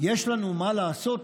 יש לנו מה לעשות,